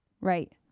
right